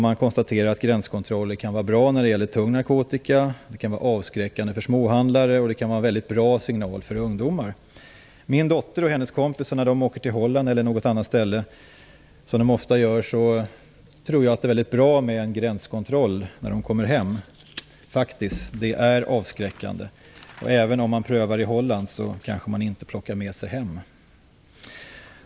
Man konstaterar att gränskontroller kan vara bra när det gäller tung narkotika. De kan vara avskräckande för småhandlare, och de kan vara en bra signal för ungdomar. Min dotter och hennes kompisar åker ofta till Holland och andra länder. Jag tror faktiskt att det är väldigt bra att det finns en gränskontroll när de kommer hem. Det är avskräckande. Även om de skulle pröva droger i Holland kanske de inte plockar med sig något hem.